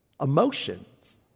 emotions